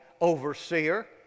overseer